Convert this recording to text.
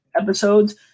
episodes